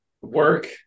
work